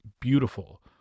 beautiful